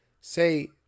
say